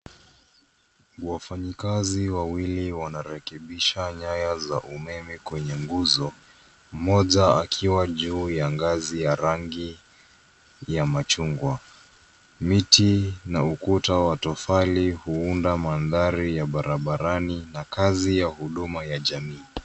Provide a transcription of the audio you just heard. Wafanyakazi wawili wanarekebisha nyaya za umeme kwenye nguzo, mmoja akiwa juu ya ngazi ya rangi ya machungwa. Miti na ukuta wa tofali huunda mandhari ya barabarani na kazi ya huduma ya jamii.